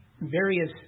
various